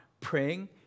praying